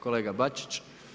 Kolega Bačić.